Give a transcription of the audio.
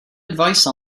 advice